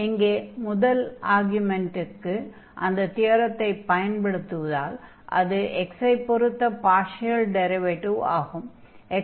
இங்கே முதல் ஆர்க்யூமென்டிற்கு அந்த தியரத்தைப் பயன்படுத்துவதால் அது x ஐ பொறுத்த பார்ஷியல் டிரைவேடிவ் ஆகும்